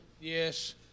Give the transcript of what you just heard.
Yes